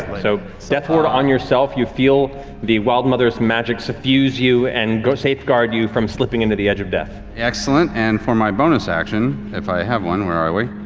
so death ward on yourself. you feel the wildmother's magic suffuse you and safeguard you from slipping into the edge of death. taliesin excellent and for my bonus action, if i have one, where are we?